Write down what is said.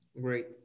Great